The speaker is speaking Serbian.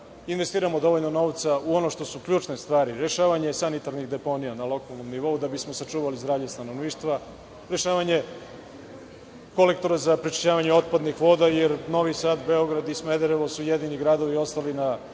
investiramo dovoljno novca u ono što su ključne stvari, rešavanje sanitarnih deponija na lokalnom nivou da bismo sačuvali zdravlje stanovništva, rešavanje kolektora za prečišćavanje otpadnih voda, jer Novi Sad, Beograd i Smederevo su jedini gradovi ostali na